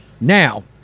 Now